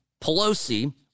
Pelosi